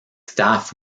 staff